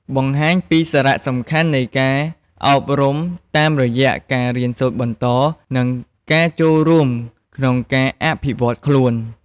បង្ហាញពីសារៈសំខាន់នៃការអប់រំតាមរយៈការរៀនសូត្របន្ត និងការចូលរួមក្នុងការអភិវឌ្ឍខ្លួន។